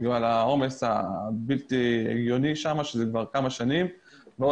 בגלל העומס הבלתי הגיוני שם שנמשך כבר כמה שנים.